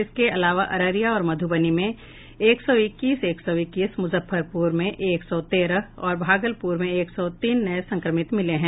इसके अलावा अररिया और मध्बनी में एक सौ इक्कीस एक सौ इक्कीस मुजफ्फरपुर में एक सौ तेरह और भागलपुर में एक सौ तीन नए संक्रमित मिले हैं